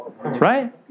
Right